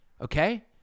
okay